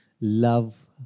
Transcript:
love